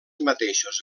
mateixos